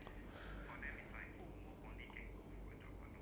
there's a there is confirm like a story behind how you start ya